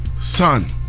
Son